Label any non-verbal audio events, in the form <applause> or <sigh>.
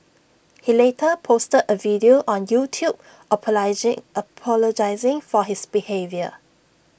he later posted A video on YouTube <unintelligible> apologising for his behaviour